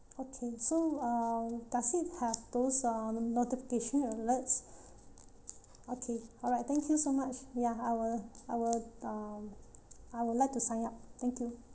okay so uh does it have those uh notification alerts okay alright thank you so much ya I will I will um I will like to sign up thank you